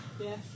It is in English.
Yes